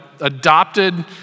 adopted